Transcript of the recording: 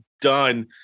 done